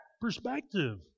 perspective